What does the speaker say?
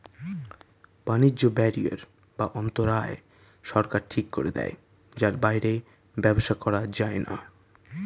বাণিজ্য ব্যারিয়ার বা অন্তরায় সরকার ঠিক করে দেয় যার বাইরে ব্যবসা করা যায়না